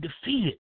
defeated